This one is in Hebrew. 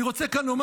אני רוצה לומר כאן,